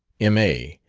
m a,